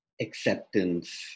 acceptance